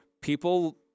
People